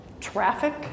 traffic